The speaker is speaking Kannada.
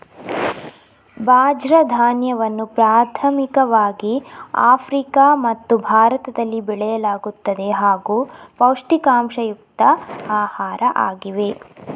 ಬಾಜ್ರ ಧಾನ್ಯವನ್ನು ಪ್ರಾಥಮಿಕವಾಗಿ ಆಫ್ರಿಕಾ ಮತ್ತು ಭಾರತದಲ್ಲಿ ಬೆಳೆಯಲಾಗುತ್ತದೆ ಹಾಗೂ ಪೌಷ್ಟಿಕಾಂಶಯುಕ್ತ ಆಹಾರ ಆಗಿವೆ